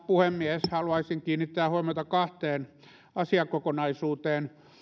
puhemies haluaisin kiinnittää huomiota kahteen asiakokonaisuuteen